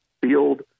field